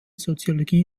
soziologie